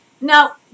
Now